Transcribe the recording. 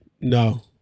No